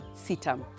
Sitam